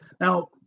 now